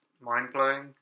mind-blowing